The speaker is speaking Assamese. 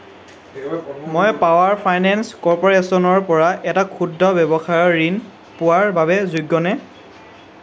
মই পাৱাৰ ফাইনেন্স কৰ্প'ৰেশ্যনৰ পৰা এটা ক্ষুদ্ৰ ৱ্যৱসায়ৰ ঋণ পোৱাৰ বাবে যোগ্যনে